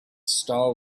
star